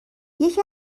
یکی